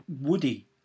woody